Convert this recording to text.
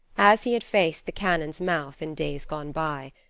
as he had faced the cannon's mouth in days gone by.